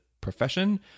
profession